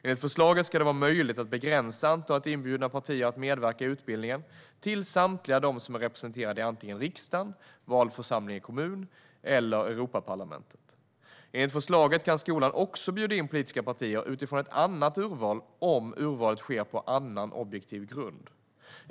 Enligt förslaget ska det vara möjligt att begränsa antalet partier som bjuds in att medverka i utbildningen till samtliga de som är representerade i antingen riksdagen, vald församling i kommun eller Europaparlamentet. Enligt förslaget kan skolan också bjuda in politiska partier utifrån ett annat urval om urvalet sker på annan objektiv grund.